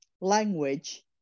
language